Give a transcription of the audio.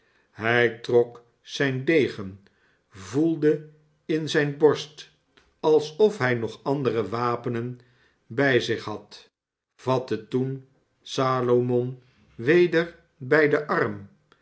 hij trok zijn degen voelde in zijne borst alsof hij nog andere wapenen bij zich had vatte toen salomon weder bij den arm